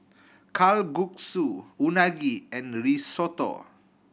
Kalguksu Unagi and Risotto